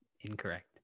Incorrect